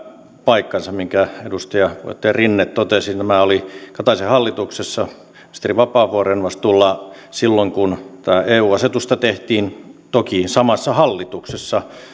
paikkansa minkä edustaja puheenjohtaja rinne totesi tämä oli kataisen hallituksessa ministeri vapaavuoren vastuulla silloin kun tätä eu asetusta tehtiin toki samassa hallituksessa